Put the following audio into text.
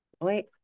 wait